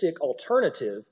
alternative